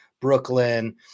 Brooklyn